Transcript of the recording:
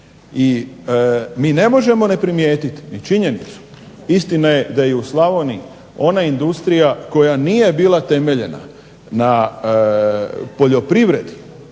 I mi ne možemo ne primijetiti ni činjenicu, istina je da i u Slavoniji ona industrija koja nije bila temeljena na poljoprivredi